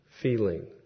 feeling